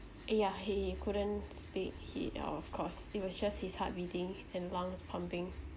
yeah he couldn't speak he yeah of course it was just his heart beating and lungs pumping